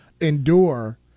endure